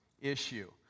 issue